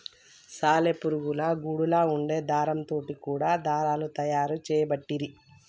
సాలె పురుగుల గూడులా వుండే దారం తోటి కూడా దారాలు తయారు చేయబట్టిరి